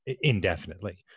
indefinitely